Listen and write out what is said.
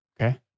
Okay